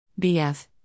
BF